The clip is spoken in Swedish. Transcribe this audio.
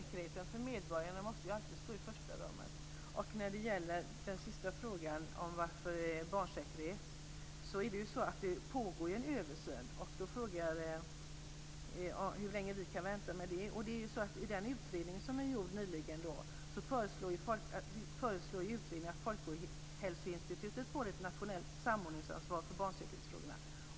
Herr talman! Medborgarnas säkerhet måste alltid stå i första rummet. På den sista frågan - den om barnsäkerhet - kan jag svara att det pågår en översyn. Sten Lundström frågar hur länge vi kan vänta. Men i en nyligen gjord utredning föreslås att Folkhälsoinstitutet ska få ett nationellt samordningsansvar för barnsäkerhetsfrågorna.